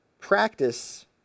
Practice